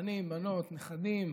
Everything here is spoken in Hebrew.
בנות, בנים, נכדים,